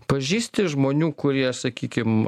pažįsti žmonių kurie sakykim